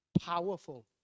powerful